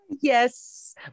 yes